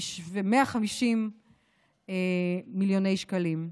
2.15 מיליארד שקלים.